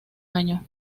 año